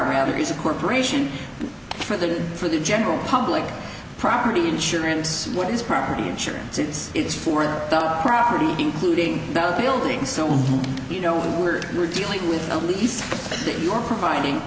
rather is a corporation for the for the general public property insurance what is property insurance it's it's for a property including buildings so you know we're we're dealing with these that you're providing